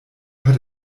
hat